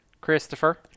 Christopher